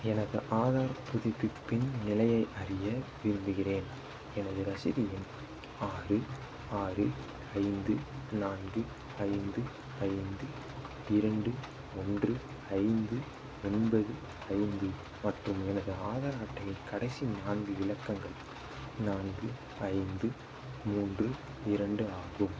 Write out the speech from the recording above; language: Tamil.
எனது ஆதார் புதுப்பிப்பின் நிலையை அறிய விரும்புகிறேன் எனது ரசீது எண் ஆறு ஆறு ஐந்து நான்கு ஐந்து ஐந்து இரண்டு ஒன்று ஐந்து ஒன்பது ஐந்து மற்றும் எனது ஆதார் அட்டையின் கடைசி நான்கு இலக்கங்கள் நான்கு ஐந்து மூன்று இரண்டு ஆகும்